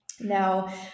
Now